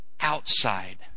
outside